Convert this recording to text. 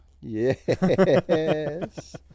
Yes